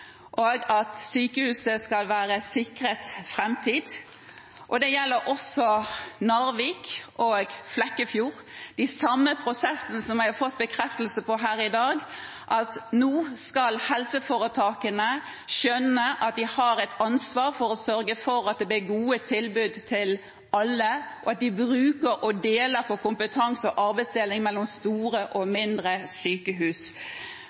og at sykehuset skal være sikret en framtid. Det gjelder også Narvik og Flekkefjord. Det er de samme prosessene jeg har fått bekreftelse på her i dag – at nå skal helseforetakene skjønne at de har et ansvar for å sørge for at det blir gode tilbud til alle, og at de bruker og deler på kompetanse og har arbeidsdeling mellom store og mindre sykehus.